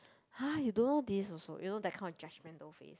!huh! you don't know this also you know that kind of judgemental face